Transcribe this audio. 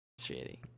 Shitty